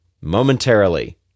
momentarily